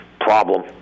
Problem